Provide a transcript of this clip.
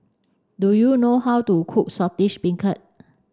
do you know how to cook Saltish Beancurd